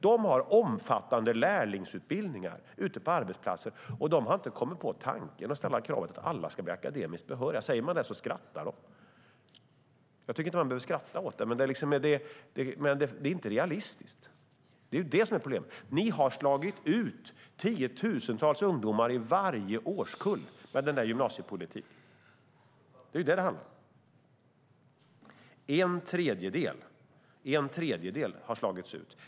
De har omfattande lärlingsutbildningar ute på arbetsplatserna, och de har inte kommit på tanken att ställa kravet att alla ska bli akademiskt behöriga. Säger man de så skrattar de. Jag tycker inte att man behöver skratta åt det, men det är inte realistiskt - det är problemet. Ni har slagit ut tiotusentals ungdomar i varje årskull med er gymnasiepolitik - det är vad det handlar om. En tredjedel har slagits ut.